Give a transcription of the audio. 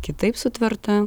kitaip sutverta